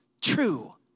true